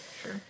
Sure